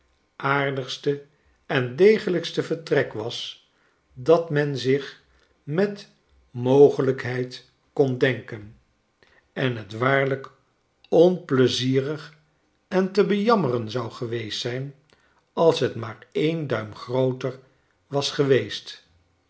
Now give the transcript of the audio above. aardigste en degelijkste vertrek was dat men zich met mogelijkheid kon denken en het waarlijk onpleizierig en te bejammeren zou geweest zijn als het maar en duim grooter was geweest